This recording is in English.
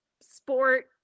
sport